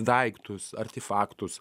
daiktus artefaktus